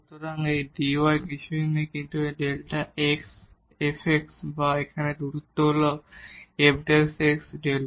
সুতরাং এই dy কিছুই নয় কিন্তু ডেল্টা x f x বা এখানে এই দূরত্ব হল f Δ x